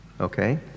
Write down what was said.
okay